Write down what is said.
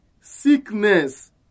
sickness